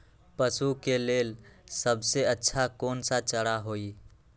पशु के लेल सबसे अच्छा कौन सा चारा होई?